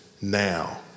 Now